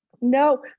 no